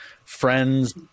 friends